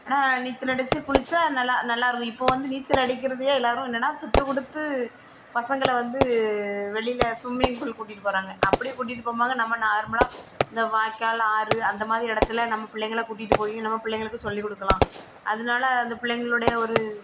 ஆனால் நீச்சல் அடிச்சு குளிச்சால் நல்லா நல்லா இருக்கும் இப்போ வந்து நீச்சல் அடிக்கிறதையே எல்லாரும் என்னன்னா துட்டு கொடுத்து பசங்களை வந்து வெளியில ஸ்விம்மிங் ஃபூல் கூட்டிகிட்டுப் போகறாங்க அப்படி கூட்டிகிட்டு போகும் போது நம்ம நார்மலாக இந்த வாய்க்கால் ஆறு அந்த மாதிரி இடத்துல நம்ம பிள்ளைங்களை கூட்டிகிட்டு போய் நம்ம பிள்ளைங்களுக்கு சொல்லி கொடுக்கலாம் அதனால அந்த பிள்ளைங்களுடைய ஒரு